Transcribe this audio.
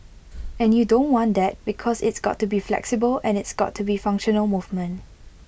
and you don't want that because it's got to be flexible and it's got to be functional movement